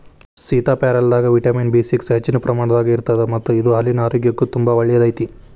ಸೇತಾಪ್ಯಾರಲದಾಗ vitamin B six ಹೆಚ್ಚಿನ ಪ್ರಮಾಣದಾಗ ಇರತ್ತದ ಮತ್ತ ಇದು ಹಲ್ಲಿನ ಆರೋಗ್ಯಕ್ಕು ತುಂಬಾ ಒಳ್ಳೆಯದೈತಿ